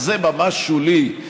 אבל זה ממש שולי.